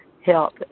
help